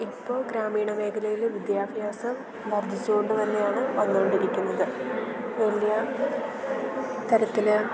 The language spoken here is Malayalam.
ഇപ്പോൾ ഗ്രാമീണ മേഖലയില് വിദ്യാഭ്യാസം വർദ്ധിച്ച് കൊണ്ട് തന്നെയാണ് വന്നുകൊണ്ടിരിക്കുന്നത് വലിയ തരത്തിൽ